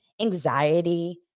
anxiety